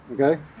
okay